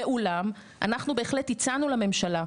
ואולם אנחנו בהחלט הצענו לממשלה,